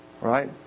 Right